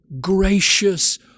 gracious